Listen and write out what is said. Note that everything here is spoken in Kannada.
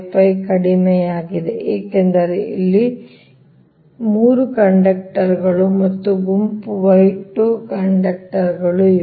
455 ಕಡಿಮೆಯಾಗಿದೆ ಏಕೆಂದರೆ ಇಲ್ಲಿ 3 ಕಂಡಕ್ಟರ್ಗಳು ಮತ್ತು ಗುಂಪು y2 ಕಂಡಕ್ಟರ್ಗಳು ಇವೆ